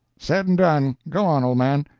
said and done. go on, old man!